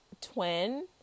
twin